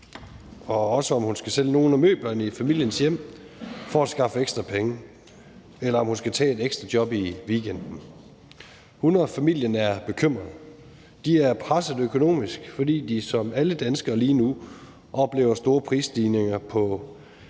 og også, om hun skal sælge nogle af møblerne i familiens hjem for at skaffe ekstra penge, eller om hun skal tage et ekstra job i weekenden. Hun og familien er bekymrede, de er presset økonomisk, fordi de som alle danskere lige nu oplever store prisstigninger på alt fra energi,